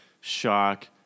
shock